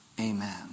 amen